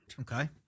Okay